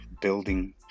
building